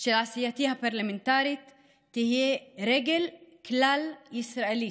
של עשייתי הפרלמנטרית תהיה רגל כלל-ישראלית,